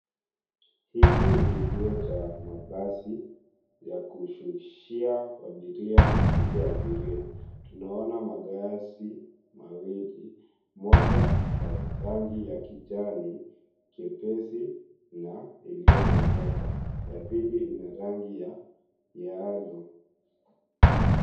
Hiki ni kituo cha mabasi ya kushushia abiria na kuchukua abiria. Tunaona mabasi mawili, moja la rangi ya kijani kyepesi na iliyozodeka. Ya pili ina rangi ya miazo.